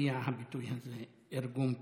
הופיע הביטוי הזה, "ארגון פשע".